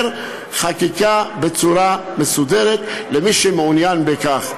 חקיקה בצורה מסודרת למי שמעוניין בכך.